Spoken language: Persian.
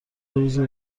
روز